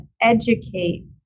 educate